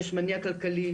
כאשר יש מניע כלכלי,